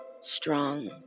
strong